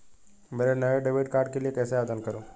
मैं नए debit card के लिए कैसे आवेदन करूं?